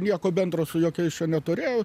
nieko bendro su jokiais čia neturėjo